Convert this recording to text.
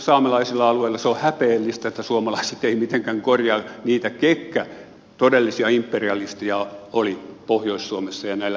se on häpeällistä että suomalaiset eivät mitenkään korjaa sitä ketkä todellisia imperialisteja olivat pohjois suomessa ja näillä himotuilla öljyalueilla